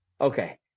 Okay